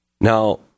Now